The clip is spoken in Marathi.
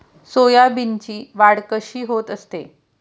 सोयाबीनची वाढ कशी होत असते?